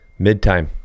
midtime